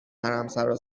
حرمسرا